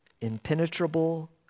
impenetrable